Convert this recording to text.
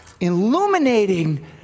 illuminating